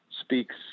speaks